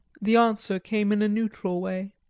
the answer came in a neutral way